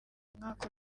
umwaka